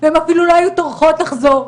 והן אפילו לא היו טורחות לחזור.